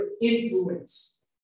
influence